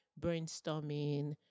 brainstorming